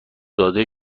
داده